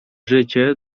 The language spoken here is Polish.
życie